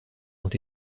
ont